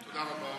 תודה רבה.